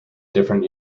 different